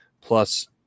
plus